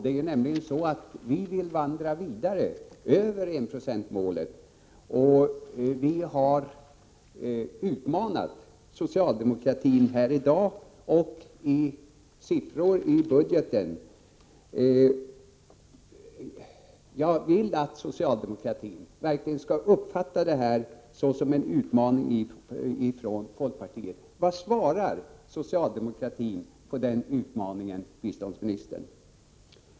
Det är nämligen så att vi vill vandra vidare, över enprocentsmålet. Vi har utmanat socialdemokratin här i dag och i siffror i budgeten. Jag vill att socialdemokraterna verkligen skall uppfatta detta som en utmaning från folkpartiet. Vad svarar socialdemokraterna på den utmaningen, biståndsministern?